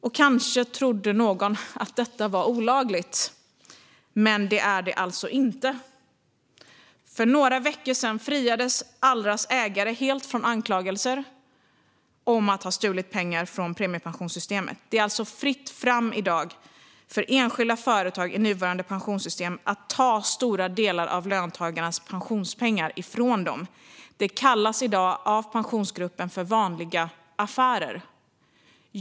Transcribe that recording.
Kanske trodde någon att detta var olagligt. Men det är det alltså inte. För några veckor sedan friades Allras ägare helt från anklagelser om att ha stulit pengar från premiepensionssystemet. Det är alltså med nuvarande pensionssystem fritt fram för enskilda företag att ta stora delar av löntagarnas pensionspengar från dem. Det kallas i dag av Pensionsgruppen för vanliga affärer.